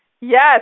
Yes